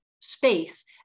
space